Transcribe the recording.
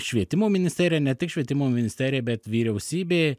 švietimo ministerija ne tik švietimo ministerija bet vyriausybė